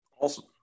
Awesome